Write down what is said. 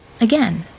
Again